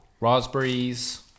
Raspberries